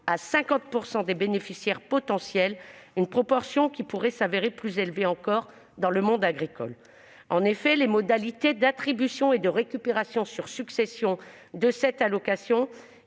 à 50 % des bénéficiaires potentiels, proportion qui pourrait se révéler plus élevée encore dans le monde agricole. En effet, les modalités d'attribution et de récupération sur succession de cette allocation,